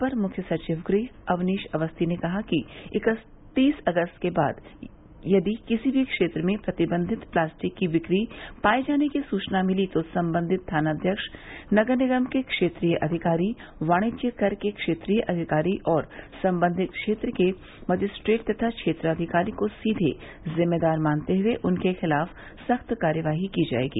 अपर मुख्य सचिव गृह अवनीश अवस्थी ने कहा कि इकत्तीस अगस्त के बाद यदि किसी भी क्षेत्र में प्रतिबंधित प्लास्टिक की बिक्री पाये जाने की सूचना मिली तो संबंधित थानाध्यक्ष नगर निगम के क्षेत्रीय अधिकारी वाणिज्य कर के क्षेत्रीय अधिकारी और संबंधित क्षेत्र के मजिस्ट्रेट तथा क्षेत्राधिकारी को सीधे जिम्मेदार मानते हुए उनके खिलाफ सख्त कार्रवाई की जायेगी